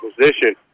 position